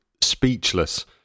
speechless